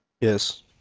Yes